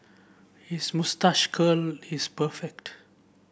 his moustache curl is perfect